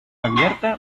abierta